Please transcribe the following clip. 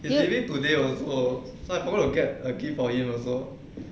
he's leaving today also so I forget to get a gift for him also